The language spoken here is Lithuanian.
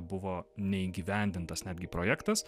buvo neįgyvendintas netgi projektas